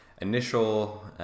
initial